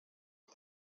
are